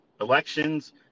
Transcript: elections